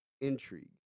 intrigue